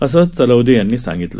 अस चलवदे यांनी सांगितले